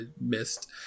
missed